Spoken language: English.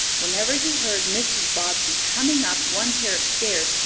whenever he heard mrs. bobbsey coming up one pair of stairs,